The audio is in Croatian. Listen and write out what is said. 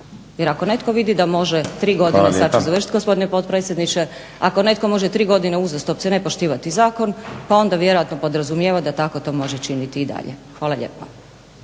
Jer ako netko vidi da može tri godine, sada ću završiti gospodine potpredsjedniče, ako netko može tri godine uzastopce nepoštivati zakon pa onda vjerojatno podrazumijeva da tako to može činiti i dalje. Hvala lijepa.